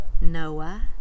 Noah